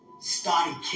Starting